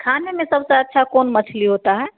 खाने में सबसे अच्छा कौन मछली होती है